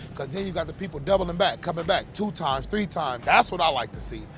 cause then you got the people doubling back, coming back two times, three times. that's what i like to see.